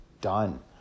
done